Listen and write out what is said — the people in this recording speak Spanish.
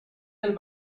del